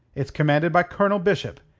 it's commanded by colonel bishop,